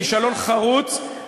כישלון חרוץ.